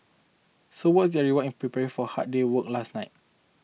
so what's your reward in prepare for hard day work last night